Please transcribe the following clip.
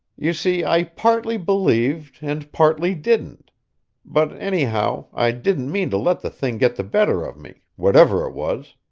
you see i partly believed and partly didn't but anyhow i didn't mean to let the thing get the better of me, whatever it was.